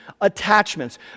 Attachments